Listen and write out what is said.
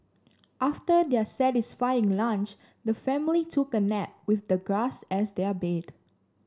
after their satisfying lunch the family took a nap with the grass as their bed